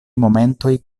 momentoj